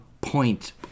point